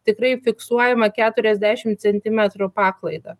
tikrai fiksuojama keturiasdešim centimetrų paklaidą